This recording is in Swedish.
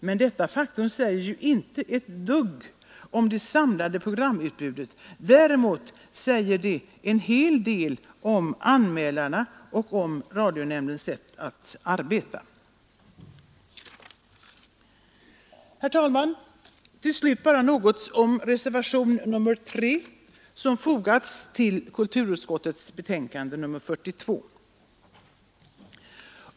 Men detta faktum säger ju inte ett dugg om det samlade programutbudet — däremot säger det en hel del om anmälarna och om radionämndens sätt att arbeta.” Till slut, herr talman, något om reservationen 3, som fogats till kulturutskottets betänkande nr 42.